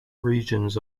regions